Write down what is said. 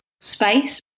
space